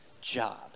job